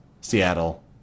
Seattle